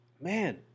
Man